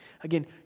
Again